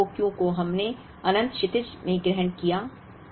मूल e o q को हमने अनंत क्षितिज में ग्रहण किया